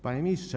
Panie Ministrze!